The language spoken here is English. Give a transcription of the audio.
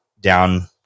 down